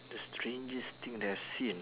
the strangest thing that I've seen